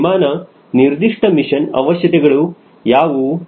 ಆ ವಿಮಾನ ನಿರ್ದಿಷ್ಟ ಮಿಷನ್ ಅವಶ್ಯಕತೆಗಳು ಯಾವುವು